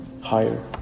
higher